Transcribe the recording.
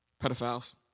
pedophiles